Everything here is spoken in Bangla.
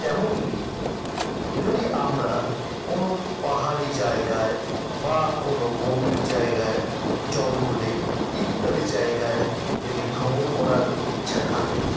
তেমনই যদি আমরা কোনো পাহাড়ি জায়গায় বা কোনো বন্য জায়গায় জঙ্গলে ইত্যাদি জায়গায় যদি ভ্রমণ করার ইচ্ছা থাকে